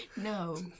No